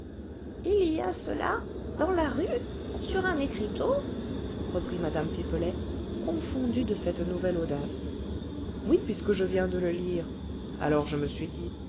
il y a cela dans la rue sur un écriteau reprit mme pipelet confondue de cette nouvelle audace oui puisque je viens de le lire alors je me suis dit